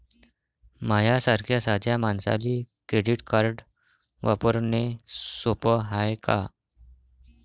माह्या सारख्या साध्या मानसाले क्रेडिट कार्ड वापरने सोपं हाय का?